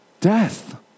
death